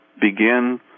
begin